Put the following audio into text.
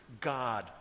God